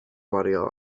gwario